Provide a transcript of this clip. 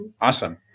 Awesome